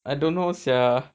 I don't know sia